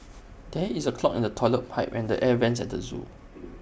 there is A clog in the Toilet Pipe and the air Vents at the Zoo